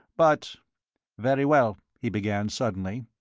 but very well, he began, suddenly.